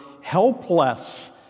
helpless